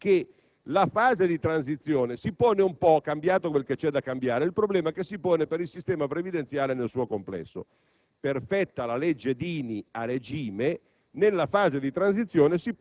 deve rimanere. A questo proposito va detto, signor Presidente, che nella fase di transizione si pone - cambiato quel che c'è da cambiare - il problema che si pone per il sistema previdenziale nel suo complesso.